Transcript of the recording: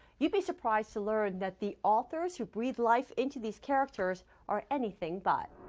you'd be surprised to learn that the authors who breathe life into these characters are anything but.